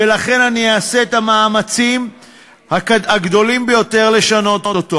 ולכן אני אעשה את המאמצים הגדולים ביותר לשנות אותו.